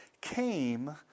came